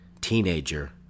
Teenager